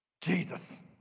Jesus